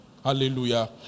Hallelujah